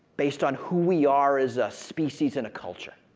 based on who we are as a species and a culture.